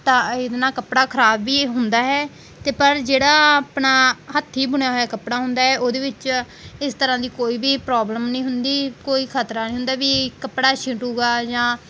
ਤਾਂ ਇਹਦੇ ਨਾਲ ਕੱਪੜਾ ਖਰਾਬ ਵੀ ਹੁੰਦਾ ਹੈ ਅਤੇ ਪਰ ਜਿਹੜਾ ਆਪਣਾ ਹੱਥੀਂ ਬੁਣਿਆ ਹੋਇਆ ਕੱਪੜਾ ਹੁੰਦਾ ਹੈ ਉਹਦੇ ਵਿੱਚ ਇਸ ਤਰ੍ਹਾਂ ਦੀ ਕੋਈ ਵੀ ਪ੍ਰੋਬਲਮ ਨਹੀਂ ਹੁੰਦੀ ਕੋਈ ਖਤਰਾ ਨਹੀਂ ਹੁੰਦਾ ਵੀ ਕੱਪੜਾ ਛਿਟੇਗਾ ਜਾਂ